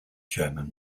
german